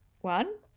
one